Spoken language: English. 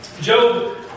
Job